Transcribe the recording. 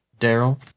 Daryl